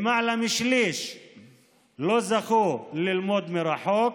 למעלה משליש לא זכו ללמוד מרחוק,